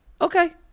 okay